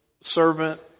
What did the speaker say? servant